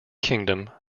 kingdom